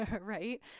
right